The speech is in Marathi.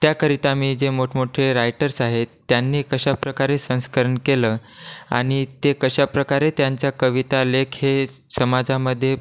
त्याकरिता मी जे मोठमोठे रायटर्स आहेत त्यांनी कशाप्रकारे संस्करण केलं आणि ते कशाप्रकारे त्यांच्या कविता लेख हे समाजामध्ये